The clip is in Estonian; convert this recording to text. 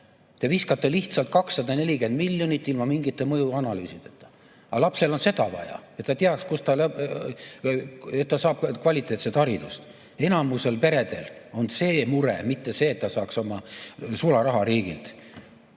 Te viskate lihtsalt 240 miljonit ilma mingite mõjuanalüüsideta. Aga lapsel on seda vaja, et ta teaks, kust ta saab kvaliteetset haridust. Enamikul peredel on see mure, mitte see, et ta saaks sularaha riigilt.